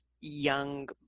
young